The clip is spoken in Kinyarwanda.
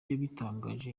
yabitangaje